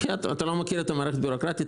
אתה לא מכיר את המערכת הבירוקרטית?